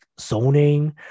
zoning